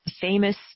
famous